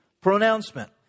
pronouncement